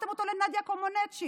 הפכתם אותו לנדיה קומנץ'.